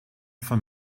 von